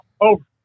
Over